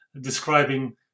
describing